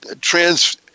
trans